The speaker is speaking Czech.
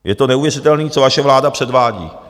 Je to neuvěřitelné, co vaše vláda předvádí.